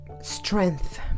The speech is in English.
strength